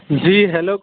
جی hello